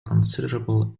considerable